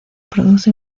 produce